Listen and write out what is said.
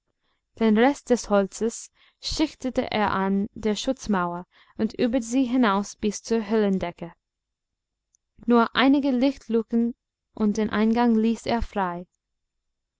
den rest des holzes schichtete er an der schutzmauer und über sie hinaus bis zur höhlendecke nur einige lichtluken und den eingang ließ er frei